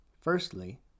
Firstly